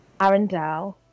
arendelle